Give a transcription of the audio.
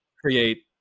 create